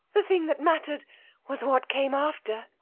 the thing that mattered was what came after.